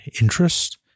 interest